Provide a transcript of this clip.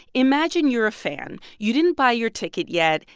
imagine you're a fan. you didn't buy your ticket yet.